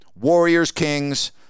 Warriors-Kings